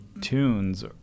tunes